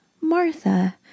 Martha